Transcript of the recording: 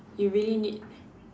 you really need